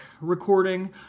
recording